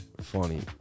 funny